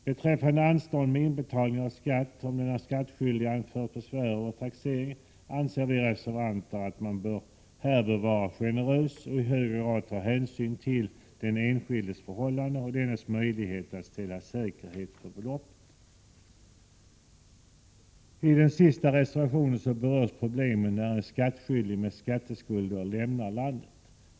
I frågan om anstånd med inbetalning av skatt, om den skattskyldige anfört besvär över taxering, anser vi reservanter att man bör vara generös och i högre grad ta hänsyn till den enskildes förhållanden och möjligheter att ställa säkerhet för beloppet. I den sista reservationen berörs de problem som uppstår när en skattskyldig med skatteskulder lämnar landet.